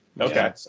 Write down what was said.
Okay